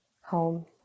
home